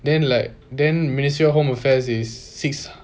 then like then ministry of home affairs is six